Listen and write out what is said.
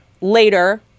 Later